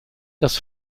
das